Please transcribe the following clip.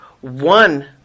one